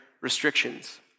restrictions